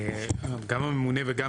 גם הממונה וגם